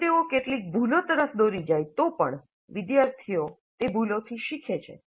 જો તેઓ કેટલીક ભૂલો તરફ દોરી જાય તો પણ વિદ્યાર્થીઓ તે ભૂલોથી શીખે છે